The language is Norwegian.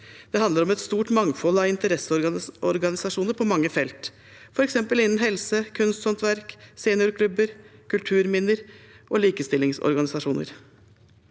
Det handler om et stort mangfold av interesseorganisasjoner på mange felter, f.eks. innen helse, kunsthåndverk, seniorklubber, kulturminner og likestillingsorganisasjoner.